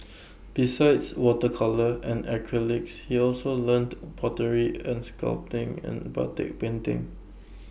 besides water colour and acrylics he also learnt pottery and sculpting and batik painting